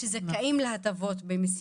הגענו למצב של קיבוץ נדבות -- בית תמחוי.